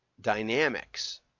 dynamics